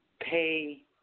pay